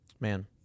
Man